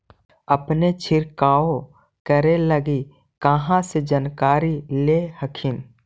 अपने छीरकाऔ करे लगी कहा से जानकारीया ले हखिन?